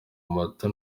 moto